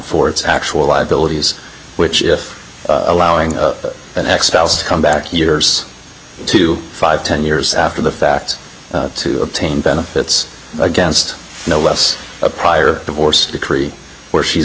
for its actual liabilities which if allowing an expert to come back years to five ten years after the fact to obtain benefits against no less a prior divorce decree where she's